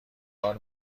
بار